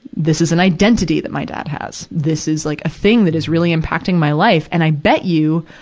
this is an identity that my dad has. this is, like, a thing that is really impacting my life. and i bet you,